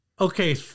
okay